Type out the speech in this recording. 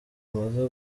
amaze